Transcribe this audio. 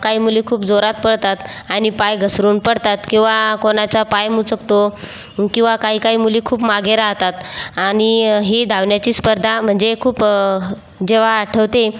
काही मुली खूप जोरात पळतात आणि पाय घसरून पडतात किंवा कोणाचा पाय मुचकतो किंवा काही काही मुली खूप मागे राहतात आणि ही धावण्याची स्पर्धा म्हणजे खूप जेव्हा आठवते